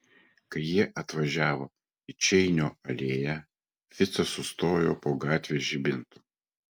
kai jie atvažiavo į čeinio alėją ficas sustojo po gatvės žibintu